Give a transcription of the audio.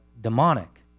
demonic